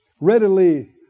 readily